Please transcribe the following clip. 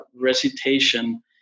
recitation